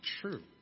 true